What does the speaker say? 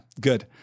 good